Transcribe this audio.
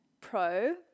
pro